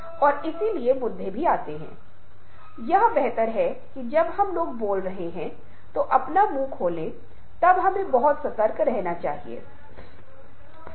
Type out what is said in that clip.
क्योंकि हम खुद को समझने में सक्षम नहीं हैं और यह एक प्रक्रिया है जो तब तक बढ़ जाती है जब तक हम इसका ध्यान नहीं रखते हैं